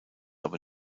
aber